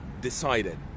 decided